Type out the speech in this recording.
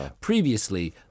Previously